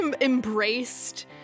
embraced